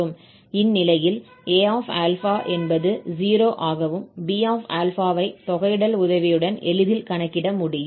இந்நிலையில் Aα என்பது 0 ஆகவும் Bα ஐ தொகையிடல் உதவியுடன் எளிதில் கணக்கிட முடியும்